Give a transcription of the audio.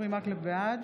בעד